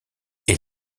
est